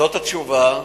זאת התשובה.